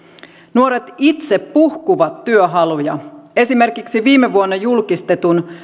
nuoret itse puhkuvat työhaluja esimerkiksi viime vuonna julkistetun